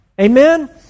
Amen